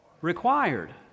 required